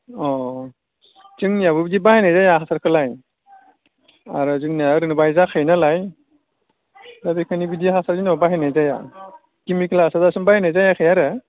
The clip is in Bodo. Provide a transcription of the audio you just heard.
अ जोंनियावबो बिदि बाहायनाय जाया हासारखोलाय आरो जोंनिया ओरैनो बाहाय जाखायोनालाय दा बेखायनो बिदि हासार जोंनाव बाहायनाय जाया केमिकेल हासार दासिम बाहानाय जायाखै आरो